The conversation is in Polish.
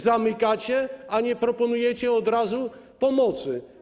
Zamykacie, ale nie proponujecie od razu pomocy.